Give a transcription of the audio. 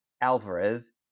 Alvarez